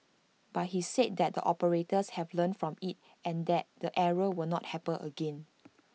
but he said that the operators have learnt from IT and that the error will not happen again